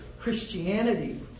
Christianity